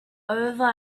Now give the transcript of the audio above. over